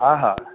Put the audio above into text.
हा हा